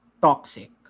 toxic